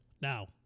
Now